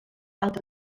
altre